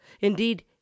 indeed